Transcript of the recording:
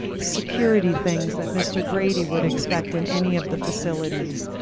security things that mr. grady would expect in any of the facilities,